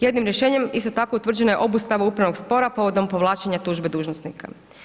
Jednim rješenjem isto tako utvrđena je obustava upravnog spora povodom povlačenja tužbe dužnosnika.